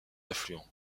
affluent